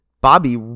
Bobby